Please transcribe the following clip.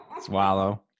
Swallow